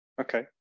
Okay